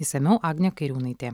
isamiau agnė kairiūnaitė